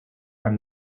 from